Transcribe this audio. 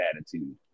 attitude